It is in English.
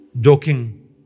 Joking